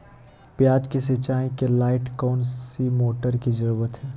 प्याज की सिंचाई के लाइट कौन सी मोटर की जरूरत है?